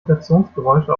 rotationsgeräusche